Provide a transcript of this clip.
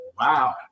Wow